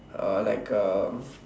uh like um